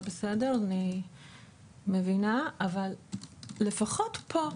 בסדר, אני מבינה, אבל לפחות פה,